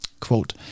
Quote